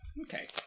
Okay